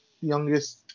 youngest